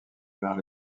vinrent